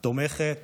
תומכת